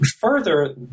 Further